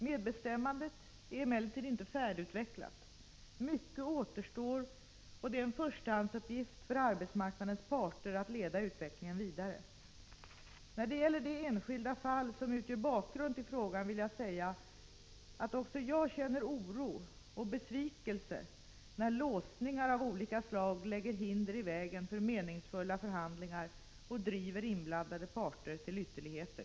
Medbestämmandet är emellertid inte färdigutvecklat. Mycket återstår, och det är en förstahandsuppgift för arbetsmarknadens parter att leda utvecklingen vidare. När det gäller det enskilda fall som utgör bakgrund till frågan vill jag säga, att också jag känner oro och besvikelse när låsningar av olika slag lägger hinder i vägen för meningsfulla förhandlingar och driver inblandade parter 87 till ytterligheter.